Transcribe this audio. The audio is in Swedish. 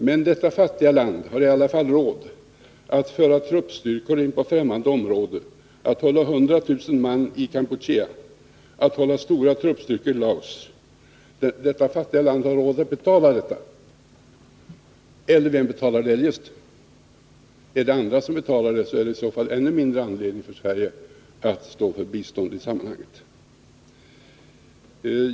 Men detta fattiga land för in truppstyrkor på ftämmande område — det håller 100 000 man i Kampuchea och stora truppstyrkor i Laos — och har råd att betala detta. Eller vem betalar det eljest? Om det är andra som betalar det, har Sverige ännu mindre anledning att stå för bistånd i sammanhanget.